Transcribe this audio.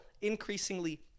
increasingly